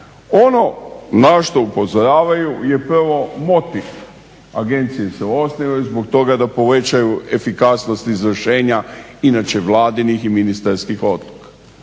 Ono na što upozoravaju je prvo motiv. Agencije se osnivaju zbog toga da povećaju efikasnost izvršenja inače vladinih i ministarskih odluka.